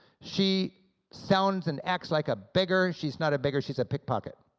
she sounds and acts like a beggar, she's not a beggar, she's a pickpocket.